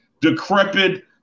decrepit